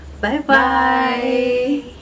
Bye-bye